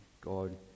God